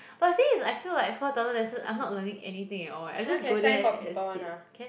but the thing is I feel like four thousand lesson I'm not learning anything at all eh I just go there and sit can